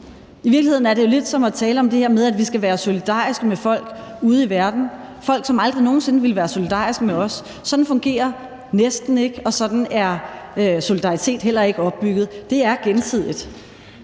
I virkeligheden er det jo lidt som at tale om det her med, at vi skal være solidariske med folk ude i verden – folk, som aldrig nogen sinde ville være solidariske med os. Sådan fungerer det med næsten ikke, og sådan er solidaritet heller ikke opbygget; den er gensidig.